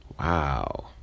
Wow